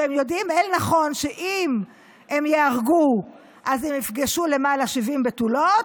הם יודעים אל-נכון שאם הם ייהרגו אז הם יפגשו למעלה 70 בתולות,